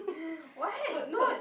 what no